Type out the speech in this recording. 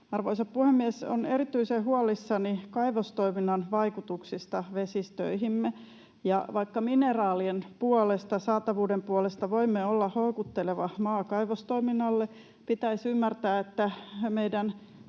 Arvoisa puhemies! Olen erityisen huolissani kaivostoiminnan vaikutuksista vesistöihimme. Vaikka mineraalien puolesta, saatavuuden puolesta, voimme olla houkutteleva maa kaivostoiminnalle, pitäisi ymmärtää, että meidän